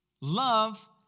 Love